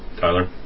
Tyler